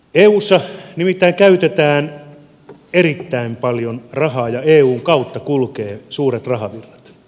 eussa nimittäin käytetään erittäin paljon rahaa ja eun kautta kulkevat suuret rahavirrat